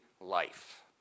life